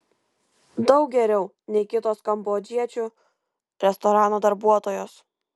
daug geriau nei kitos kambodžiečių restoranų darbuotojos